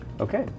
Okay